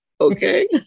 Okay